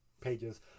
pages